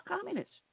communists